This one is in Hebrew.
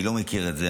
אני לא מכיר את זה,